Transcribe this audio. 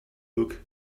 look